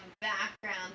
background